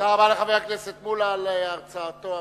תודה רבה לחבר הכנסת מולה על הרצאתו המעניינת.